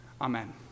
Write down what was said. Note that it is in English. Amen